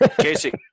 Casey